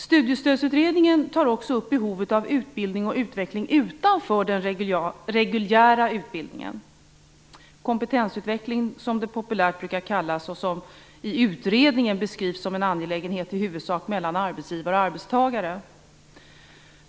Studiestödsutredningen tar också upp behovet av utbildning och utveckling utanför den reguljära utbildningen. Sådan kompetensutveckling, som det populärt brukar kallas, beskrivs i utredningen som en angelägenhet för i huvudsak arbetsgivare och arbetstagare.